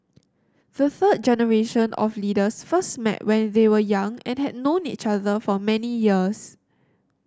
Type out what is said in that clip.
the third generation of leaders first met when they were young and had known each other for many years